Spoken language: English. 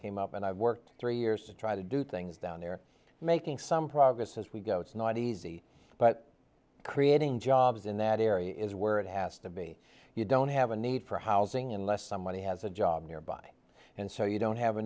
came up and i've worked three years to try to do things down there making some progress as we go it's not easy but creating jobs in that area is where it has to be you don't have a need for housing unless somebody has a job nearby and so you don't have a